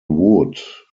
wood